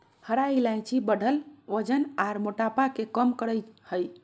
हरा इलायची बढ़ल वजन आर मोटापा के कम करई हई